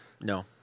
No